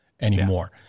anymore